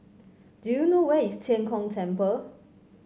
do you know where is Tian Kong Temple